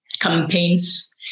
campaigns